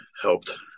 helped